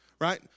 right